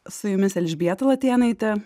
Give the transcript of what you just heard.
su jumis elžbieta latėnaitė